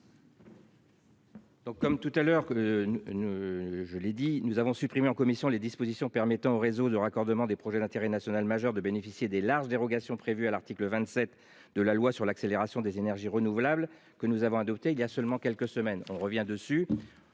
comme tout à l'heure qu'. Une, je l'ai dit nous avons supprimé en commission les dispositions permettant au réseau de raccordement des projets d'intérêt national majeur de bénéficier des larges dérogations prévues à l'article 27 de la loi sur l'accélération des énergies renouvelables, que nous avons adopté il y a seulement quelques semaines, on revient dessus.